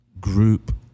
group